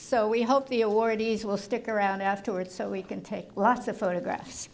so we hope the awardees will stick around afterward so we can take lots of photographs